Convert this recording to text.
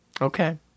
Okay